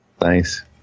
Nice